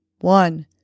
One